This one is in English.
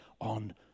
on